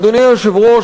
אדוני היושב-ראש,